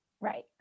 Right